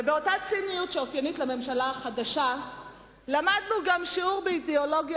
ובאותה ציניות שאופיינית לממשלה החדשה למדנו גם שיעור באידיאולוגיה,